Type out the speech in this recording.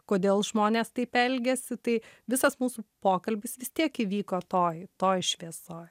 kodėl žmonės taip elgiasi tai visas mūsų pokalbis vis tiek įvyko toj toj šviesoj